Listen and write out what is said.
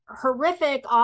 horrific